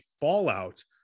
fallout